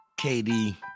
KD